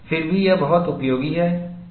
फिर भी यह बहुत उपयोगी है